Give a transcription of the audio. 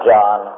John